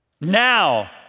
Now